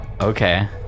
Okay